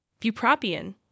Bupropion